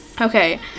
Okay